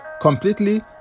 completely